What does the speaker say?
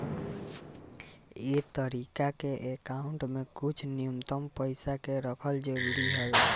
ए तरीका के अकाउंट में कुछ न्यूनतम पइसा के रखल जरूरी हवे